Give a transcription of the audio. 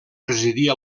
residia